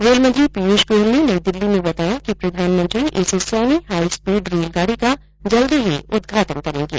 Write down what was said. रेलमंत्री पीयूष गोयल ने नई दिल्ली में बताया कि प्रधानमंत्री इस सेमी हाई स्पीड रेलगाडी का जल्दी ही उद्घाटन करेंगे